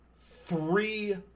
three